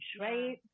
right